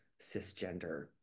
cisgender